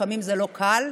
לפעמים זה לא קל.